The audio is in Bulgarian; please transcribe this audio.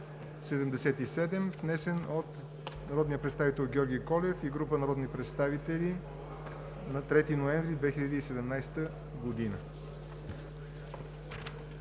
внесен от народния представител Георги Колев и група народни представители на 3 ноември 2017 г.